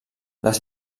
les